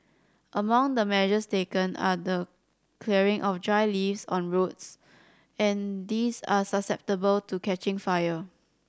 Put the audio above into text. among the measures taken are the clearing of dry leaves on roads and these are susceptible to catching fire